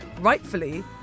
rightfully